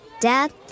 Dad